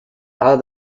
are